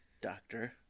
Doctor